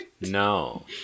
No